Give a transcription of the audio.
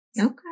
Okay